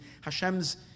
Hashem's